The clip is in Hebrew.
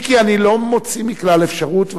אם כי אני לא מוציא מכלל אפשרות,